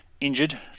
injured